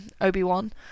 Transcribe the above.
Obi-Wan